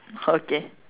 okay